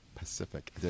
Pacific